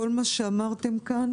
כל מה שאמרתם כאן